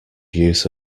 use